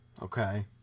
Okay